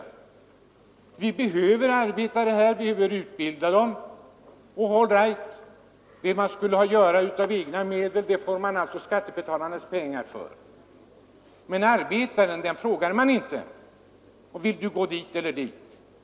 Företagen behöver arbetare och behöver utbilda dem. Det som företagen borde ha gjort för egna medel får de alltså skattebetalarnas pengar till, men arbetaren själv blir inte tillfrågad, om han vill gå dit eller dit.